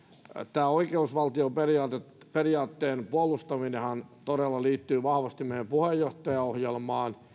tämä oikeusvaltioperiaatteen puolustaminenhan todella liittyy vahvasti meidän puheenjohtajaohjelmaamme